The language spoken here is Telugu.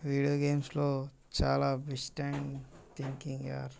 వీడియో గేమ్స్లో చాలా బెస్ట్ అండ్ థింకింగ్ యార్